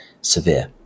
severe